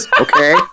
Okay